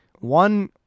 One